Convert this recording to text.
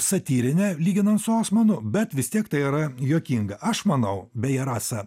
satyrinė lyginant su osmanu bet vis tiek tai yra juokinga aš manau beje rasa